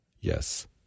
Yes